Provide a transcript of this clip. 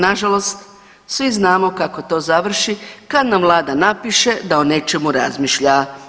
Nažalost svi znamo kako to završi kad nam Vlada napiše da o nečemu razmišlja.